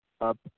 up